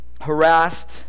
harassed